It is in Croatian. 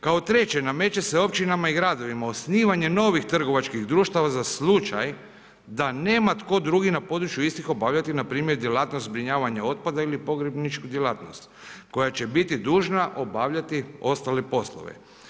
Kao treće nameće se općinama i gradovima, osnivanje novih trgovačkih društava, za slučaj da nema tko na području istih obavljati npr. djelatnost zbrinjavanja otpada ili pogrebničku djelatnosti koje e biti dužna obavljati ostale poslove.